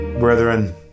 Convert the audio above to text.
brethren